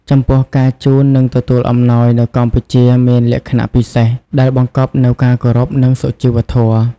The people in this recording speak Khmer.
ចំពោះ ការជូន និងទទួលអំណោយនៅកម្ពុជាមានលក្ខណៈពិសេស ដែលបង្កប់នូវការគោរព និងសុជីវធម៌។